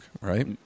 right